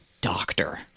doctor